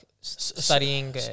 studying